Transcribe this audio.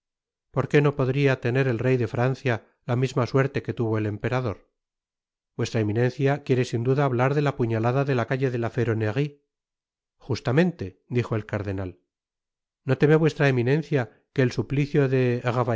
por qué no podria tener el rey de francia la misma suerte que tuvo el emperador vuestra eminencia quiere sin duda hablar de la puñalada de la calle de la feronnerie justamente dijo el cardenal no teme vuestra eminencia que el suplicio de